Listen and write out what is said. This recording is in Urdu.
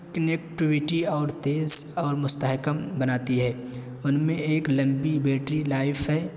کنیکٹویٹی اور تیز اور مستحکم بناتی ہے ان میں ایک لمبی بیٹری لائف ہے